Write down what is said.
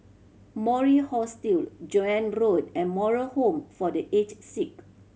Mori Hostel Joan Road and Moral Home for The Aged Sick